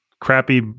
crappy